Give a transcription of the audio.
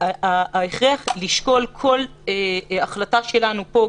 ההכרח לשקול כל החלטה שלנו פה,